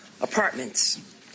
apartments